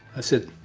i said,